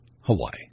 Hawaii